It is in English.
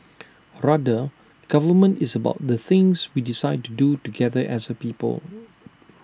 rather government is about the things we decide to do together as A people